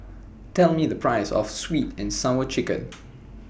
Tell Me The Price of Sweet and Sour Chicken